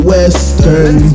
Western